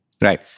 Right